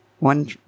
One